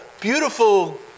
beautiful